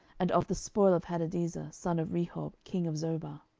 and of the spoil of hadadezer, son of rehob, king of zobah.